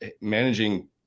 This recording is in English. managing